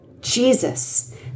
Jesus